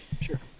Sure